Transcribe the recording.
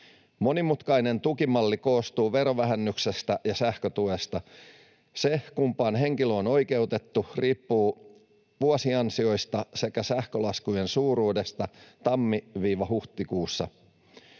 Monimutkainen tukimalli koostuu verovähennyksestä ja sähkötuesta. Se, kumpaan henkilö on oikeutettu, riippuu vuosiansioista sekä sähkölaskujen suuruudesta tammi—huhtikuussa.